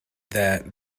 that